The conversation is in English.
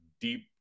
deep